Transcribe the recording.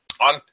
on